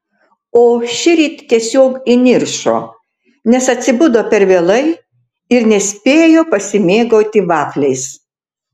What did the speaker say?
o šįryt tiesiog įniršo nes atsibudo per vėlai ir nespėjo pasimėgauti vafliais